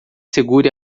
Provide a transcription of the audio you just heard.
segure